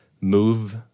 move